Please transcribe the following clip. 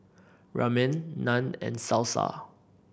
Ramen Naan and Salsa